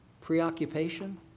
preoccupation